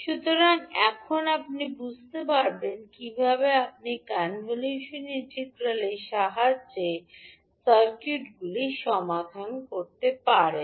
সুতরাং এখন আপনি বুঝতে পারবেন কীভাবে আপনি কনভোলশন ইন্টিগ্রালের সাহায্যে সার্কিটগুলি সমাধান করতে পারেন